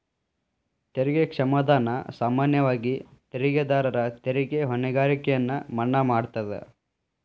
ತೆರಿಗೆ ಕ್ಷಮಾದಾನ ಸಾಮಾನ್ಯವಾಗಿ ತೆರಿಗೆದಾರರ ತೆರಿಗೆ ಹೊಣೆಗಾರಿಕೆಯನ್ನ ಮನ್ನಾ ಮಾಡತದ